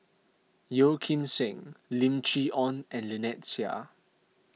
Yeo Kim Seng Lim Chee Onn and Lynnette Seah